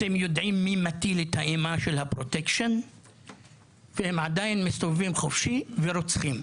אתם יודעים מי מטיל את אימת הפרוטקשן והם עדיין מסתובבים חופשי ורוצחים.